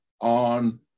on